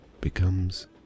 becomes